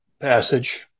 passage